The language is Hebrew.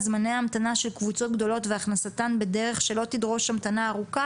זמני ההמתנה של קבוצות גדולות והכנסתן בדרך שלא תדרוש המתנה ארוכה,